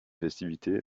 festivités